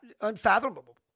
unfathomable